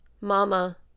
mama